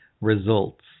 results